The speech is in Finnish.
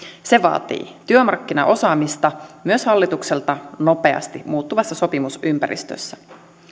se vaatii työmarkkinaosaamista myös hallitukselta nopeasti muuttuvassa sopimusympäristössä